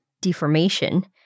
deformation